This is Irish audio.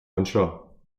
anseo